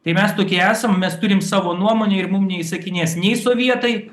tai mes tokie esam mes turim savo nuomonę ir mum neįsakinės nei sovietai